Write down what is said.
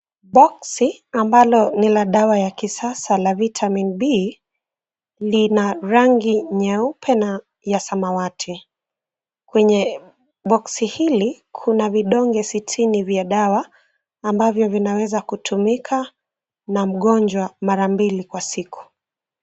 Boksi ambalo ni la dawa ya kisasa la vitamin B, lina rangi nyeupe na ya samawati. Kwenye boksi hili kuna vidonge sitini vya dawa ambavyo vinaweza kutumika na mgonjwa mara mbili kwa siku.